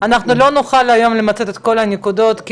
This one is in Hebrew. אנחנו לא נוכל למצות את כל הנקודות היום,